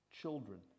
children